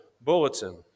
bulletin